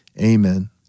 Amen